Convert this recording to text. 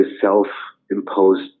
self-imposed